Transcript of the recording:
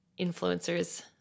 influencers